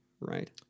right